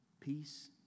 Peace